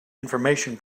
information